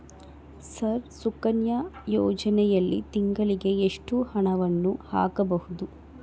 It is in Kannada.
ಸರ್ ಸುಕನ್ಯಾ ಯೋಜನೆಯಲ್ಲಿ ತಿಂಗಳಿಗೆ ಎಷ್ಟು ಹಣವನ್ನು ಹಾಕಬಹುದು?